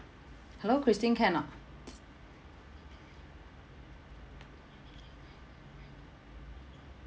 hello christine can or not